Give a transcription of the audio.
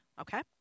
Okay